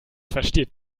versteht